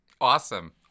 awesome